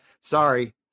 sorry